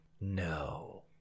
No